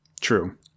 True